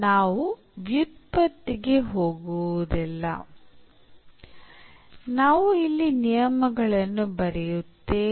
ನಾವು ವ್ಯುತ್ಪತ್ತಿಗೆ ಹೋಗುವುದಿಲ್ಲ ನಾವು ಇಲ್ಲಿ ನಿಯಮಗಳನ್ನು ಬರೆಯುತ್ತೇವೆ